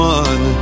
one